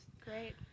Great